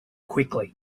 quickly